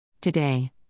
Today